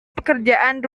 pekerjaan